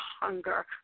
hunger